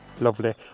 Lovely